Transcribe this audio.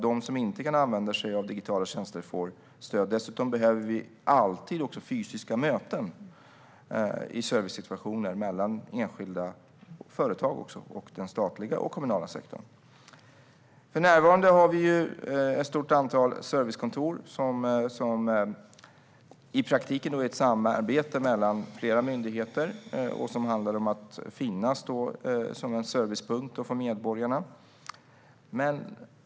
De som inte kan använda sig av digitala tjänster måste få stöd. Dessutom behöver enskilda och företag alltid ha möjlighet till fysiska möten i servicesituationer med den statliga och kommunala sektorn. För närvarande har vi ett stort antal servicekontor som i praktiken är ett samarbete mellan flera myndigheter. Det handlar om att finnas till som en servicepunkt för medborgarna.